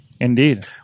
Indeed